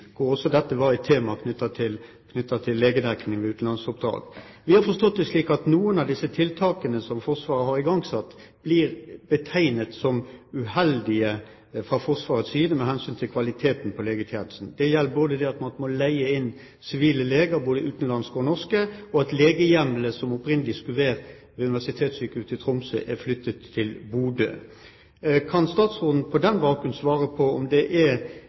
var et tema knyttet til legedekning ved utenlandsoppdrag. Vi har forstått det slik at noen av de tiltakene som Forsvaret har igangsatt, blir betegnet som uheldige fra Forsvarets side med hensyn til kvaliteten på legetjenesten. Det gjelder både det at man må leie inn sivile leger, utenlandske og norske, og at legehjemlene som opprinnelig skulle være ved Universitetssykehuset i Tromsø, er flyttet til Bodø. Kan statsråden på den bakgrunn svare på om det er